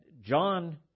John